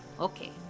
Okay